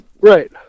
Right